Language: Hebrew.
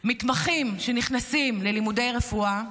מתמחים שנכנסים ללימודי רפואה,